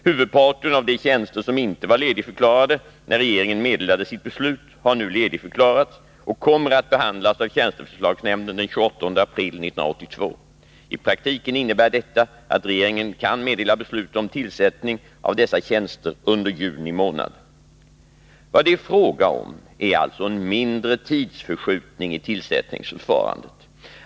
Huvudparten av de tjänster som inte var ledigförklarade när regeringen meddelade sitt beslut har nu ledigförklarats och kommer att behandlas av tjänsteförslagsnämnden den 28 april 1982. I praktiken innebär detta att regeringen kan meddela beslut om tillsättning av dessa tjänster unde juni månad. Vad det är fråga om är alltså en mindre tidsförskjutning i tillsättningsförfarandet.